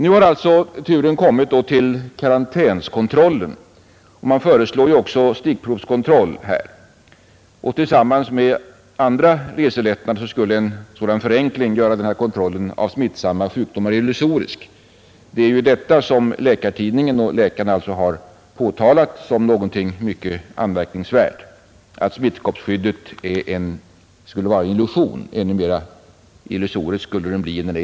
Nu har alltså turen kommit till karantänskontrollen, och man föreslår också här stickprovskontroll. Tillsammans med andra reselättnader skulle en sådan förenkling göra denna kontroll av smittsamma sjukdomar illusorisk. Detta är vad Läkartidningen och läkarna påtalat; smittkoppsskyddet skulle nästan vara en illusion, och ännu mera illusoriskt skulle det bli.